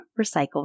recycled